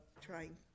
trying